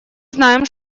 знаем